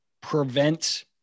prevent